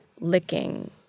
licking